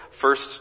first